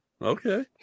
Okay